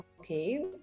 Okay